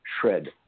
shred